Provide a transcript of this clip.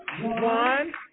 one